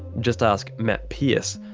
just ask matt pearce,